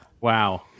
Wow